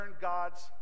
God's